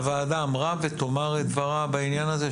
הוועדה אמרה ותאמר את דברה בעניין הזה,